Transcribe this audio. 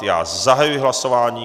Já zahajuji hlasování.